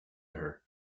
her